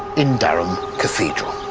in durham cathedral.